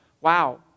wow